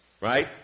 Right